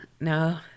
No